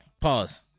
Pause